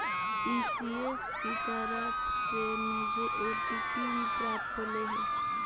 ECS की तरफ से मुझे ओ.टी.पी भी प्राप्त होलई हे